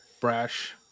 Brash